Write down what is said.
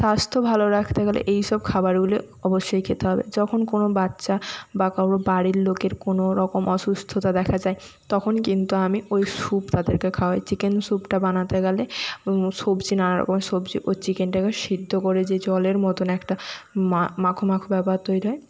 স্বাস্থ্য ভালো রাখতে গেলে এই সব খাবারগুলো অবশ্যই খেতে হবে যখন কোনো বাচ্চা বা কারুর বাড়ির লোকের কোনো রকম অসুস্থতা দেখা যায় তখন কিন্তু আমি ওই স্যুপ তাদেরকে খাওয়াই চিকেন স্যুপটা বানাতে গেলে সবজি নানা রকমের সবজি ও চিকেনটাকে সেদ্ধ করে যে জলের মতোন একটা মা মাখো মাখো ব্যাপার তৈরি হয়